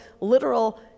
literal